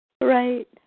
Right